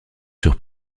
sur